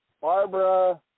Barbara